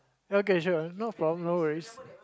okay sure no problem no worries